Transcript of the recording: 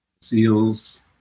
Seals